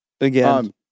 again